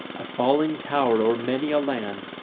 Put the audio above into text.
a falling tower o'er many a land,